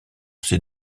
ces